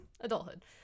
adulthood